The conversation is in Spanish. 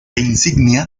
insignia